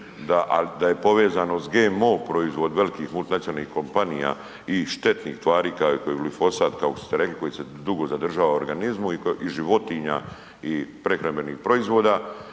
da je povezan uz GMO proizvod velikih multinacionalnih kompanija i štetnih tvari kao i glifosat kao što ste rekli koji se dugo zadržava u organizmu i životinja i prehrambenih proizvoda